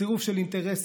צירוף של אינטרסים,